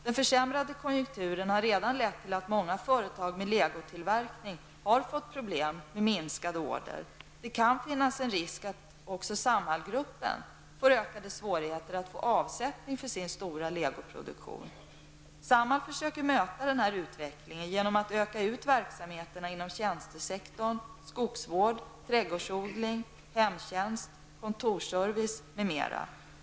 Den försämrade konjunkturen har redan lett till att många företag med legotillverkning har fått problem med minskade order. Det kan finnas en risk för att också Samhallgruppen får ökade svårigheter att finna avsättning för sin stora legoproduktion. Samhall försöker möta den här utvecklingen genom att öka ut verksamheterna inom tjänstesektorn, skogsvård, trädgårdsodling, hemtjänst, kontorsservice m.m.